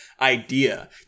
idea